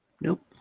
nope